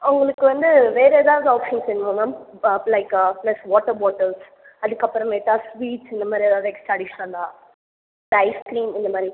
உங்களுக்கு வந்து வேறு எதாவது ஆப்ஷன்ஸ் வேணுமா மேம் ஆ லைக் ப்ளஸ் வாட்டர் பாட்டல்ஸ் அதுக்கப்புறமேட்டா ஸ்வீட்ஸ் இந்த மாதிரி எதாவது எக்ஸ்டரா அடிஷ்னலாக இல்லை ஐஸ் கிரீம் இந்த மாதிரி